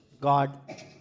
God